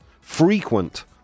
frequent